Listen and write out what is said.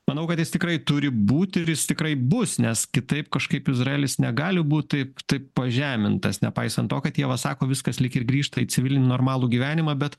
manau kad jis tikrai turi būt ir jis tikrai bus nes kitaip kažkaip izraelis negali būt taip taip pažemintas nepaisant to kad ieva sako viskas lyg ir grįžta į civilinį normalų gyvenimą bet